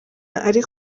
ari